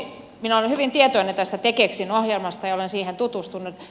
minä olen hyvin tietoinen tästä tekesin ohjelmasta ja olen siihen tutustunut